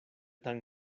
tan